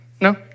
No